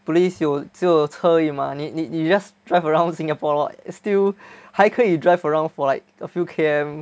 police 有只有车而已 mah 你你 you just drive around Singapore lor still 还可以 drive around for like a few K_M